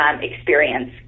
experience